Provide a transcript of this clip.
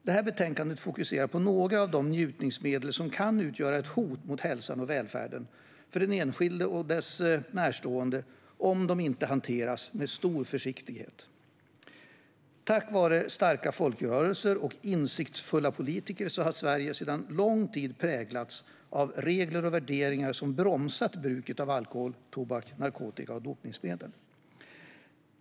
Det här betänkandet fokuserar på några av de njutningsmedel som kan utgöra ett hot mot hälsan och välfärden för den enskilde och dess närstående om de inte hanteras med stor försiktighet. Tack vare starka folkrörelser och insiktsfulla politiker har Sverige sedan lång tid präglats av regler och värderingar som bromsat bruket av alkohol, tobak, narkotika och dopningsmedel.